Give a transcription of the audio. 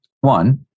One